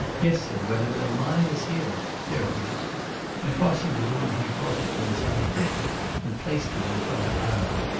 yes, said wethermill, mine is here. there it is and crossing the room he brought it from a sidetable and placed it in front of hanaud.